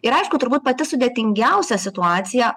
ir aišku turbūt pati sudėtingiausia situacija